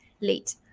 late